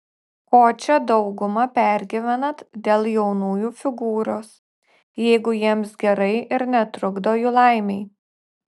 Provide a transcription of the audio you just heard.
ko čia dauguma pergyvenat dėl jaunųjų figūros jeigu jiems gerai ir netrukdo jų laimei